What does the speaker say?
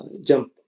jump